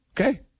Okay